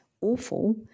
awful